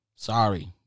Sorry